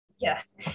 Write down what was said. Yes